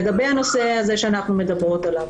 לגבי הנושא הזה שאנחנו מדברות עליו,